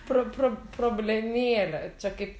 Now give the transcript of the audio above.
pro pro problemėlė čia kaip